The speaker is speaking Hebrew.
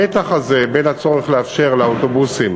המתח הזה בין הצורך לאפשר לאוטובוסים